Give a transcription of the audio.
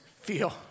feel